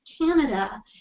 Canada